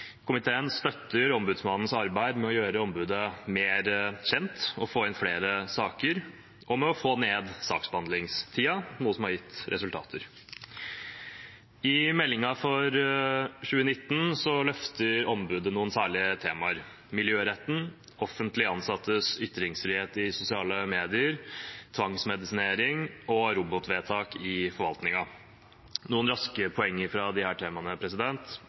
Komiteen støtter Sivilombudsmannens arbeid med å gjøre ombudet mer kjent og få inn flere saker og med å få ned saksbehandlingstiden, noe som har gitt resultater. I meldingen for 2019 løfter ombudet noen særlige temaer: miljøretten, offentlig ansattes ytringsfrihet i sosiale medier, tvangsmedisinering og robotvedtak i forvaltningen. Noen raske poenger fra disse temaene: